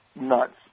nuts